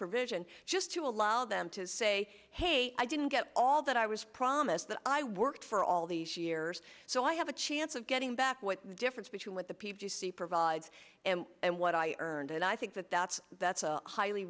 provision just to allow them to say hey i didn't get all that i was promised that i worked for all these years so i have a chance of getting back what the difference between what the pvc provides and what i earned and i think that that's that's a highly